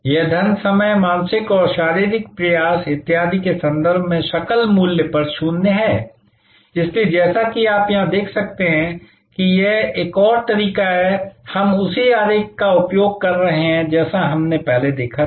यह धन समय मानसिक और शारीरिक प्रयास इत्यादि के संदर्भ में सकल मूल्य शून्य है इसलिए जैसा कि आप यहां देख सकते हैं कि यह एक और तरीका है हम उसी आरेख का उपयोग कर रहे हैं जैसा हमने पहले देखा था